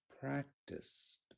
practiced